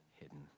hidden